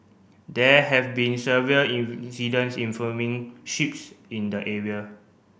there have been severe incidents involving ships in the area